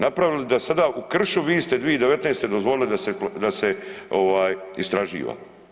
Napravili da sada u kršu vi ste 2019. dozvolili da se istraživa.